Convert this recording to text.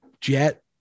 jet